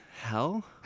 hell